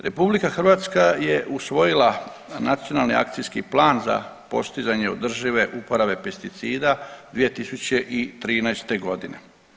RH je usvojila Nacionalni akcijski plan za postizanje održive uporabe pesticida 2013. godine.